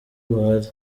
buhari